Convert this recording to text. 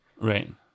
Right